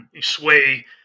sway